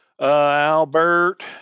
Albert